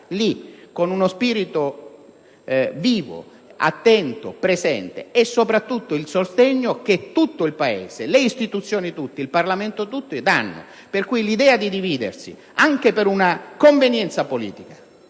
lì, con uno spirito vivo, attento e presente è soprattutto il sostegno dell'intero Paese, delle istituzioni tutte e del Parlamento tutto; pertanto l'idea di dividersi, anche per una convenienza politica